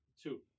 two